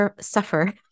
suffer